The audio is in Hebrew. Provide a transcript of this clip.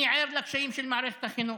אני ער לקשיים של מערכת החינוך: